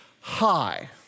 High